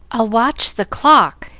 i'll watch the clock,